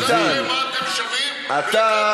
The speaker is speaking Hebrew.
ביטן, דוד, זה מראה מה אתם שווים, אתה,